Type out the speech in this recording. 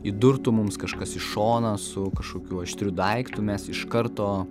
įdurtų mums kažkas į šoną su kažkokiu aštriu daiktu mes iš karto